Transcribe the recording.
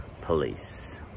police